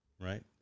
right